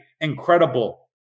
incredible